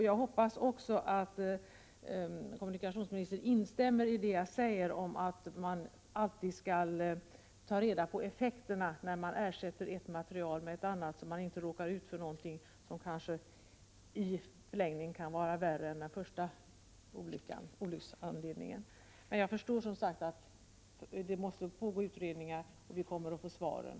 Jag hoppas också att kommunikationsministern instämmer i det jag säger, att man alltid skall ta reda på effekterna när man ersätter ett material med ett annat, så att man inte råkar ut för någonting som kanske i förlängningen kan vara värre än den första olycksanledningen. Jag förstår som sagt att vi kommer att få svar när utredningen är färdig.